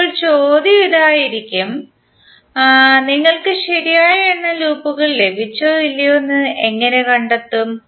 ഇപ്പോൾ ചോദ്യം ഇതായിരിക്കും നിങ്ങൾക്ക് ശരിയായ എണ്ണം ലൂപ്പുകൾ ലഭിച്ചോ ഇല്ലയോ എന്ന് എങ്ങനെ കണ്ടെത്തും